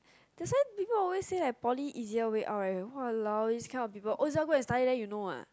that's why people always like poly easier way out right eh !walao! this kind of people own self go and study then you know ah